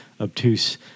obtuse